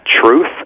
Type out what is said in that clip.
truth